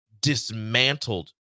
dismantled